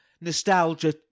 nostalgia